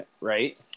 Right